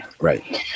Right